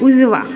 उजवा